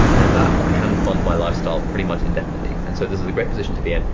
and that can fund my lifestyle pretty much indefinitely, and so this is a great position to be in,